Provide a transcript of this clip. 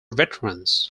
veterans